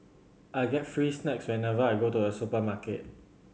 I get free snacks whenever I go to a supermarket